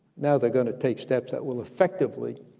now they're gonna take steps that will effectively